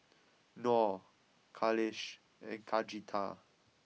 Nor Khalish and Khatijah